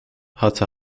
hatte